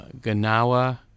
Ganawa